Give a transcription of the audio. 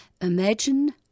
Imagine